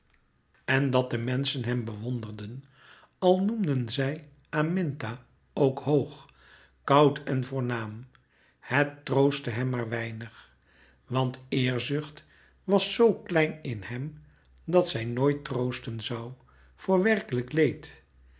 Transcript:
en dat de menschen hem bewonderden al noemden zij aminta ook louis couperus metamorfoze hoog koud en voornaam het troostte hem maar weinig want eerzucht was zoo klein in hem dat zij nooit troosten zoû voor werkelijk leed